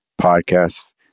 podcast